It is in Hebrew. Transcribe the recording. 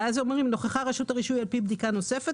אומרים ש"נוכחה רשות הרישוי על פי בדיקה נוספת